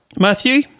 Matthew